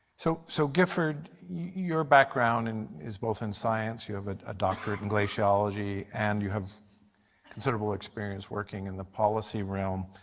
so so gifford, your background and is both in science, you have a ah doctorate in glaciology, and you have considerable experience working in the policy realm.